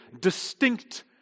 distinct